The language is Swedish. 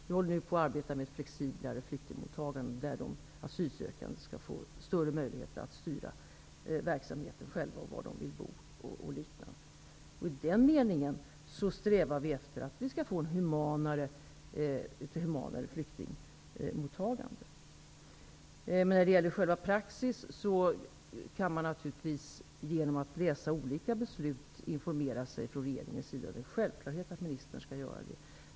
Vi håller nu på att arbeta med ett flexiblare flyktingmottagande där de asylsökande själva skall få större möjligheter att styra verksamheten och var de vill bo. I den meningen strävar vi efter att vi skall få ett humanare flyktingmottagande. När det gäller själva praxis kan regeringen naturligtvis informera sig genom att läsa olika beslut. Det är en självklarhet att ministern skall göra det.